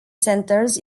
centers